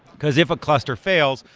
because if a cluster fails,